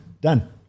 Done